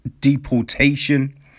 deportation